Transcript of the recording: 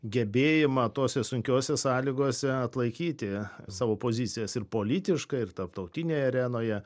gebėjimą tose sunkiose sąlygose atlaikyti savo pozicijas ir politiškai ir tarptautinėj arenoje